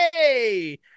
Yay